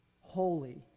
holy